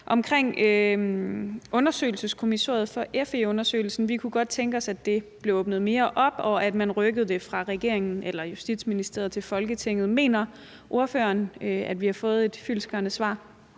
om undersøgelseskommissoriet for FE-undersøgelsen. Vi kunne godt tænke os, at det blev åbnet mere op, og at man rykkede det fra Justitsministeriet til Folketinget. Mener partilederen, at vi har fået et fyldestgørende svar